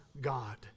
God